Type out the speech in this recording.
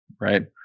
right